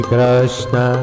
Krishna